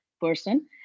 person